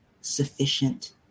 sufficient